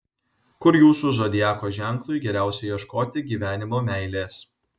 kur jūsų zodiako ženklui geriausia ieškoti gyvenimo meilės